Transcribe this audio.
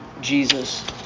Jesus